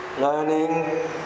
learning